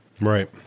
Right